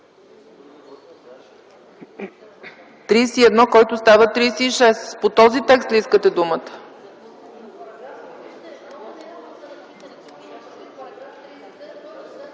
31, който става § 36. По този текст ли искате думата?